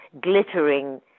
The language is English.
glittering